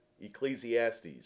Ecclesiastes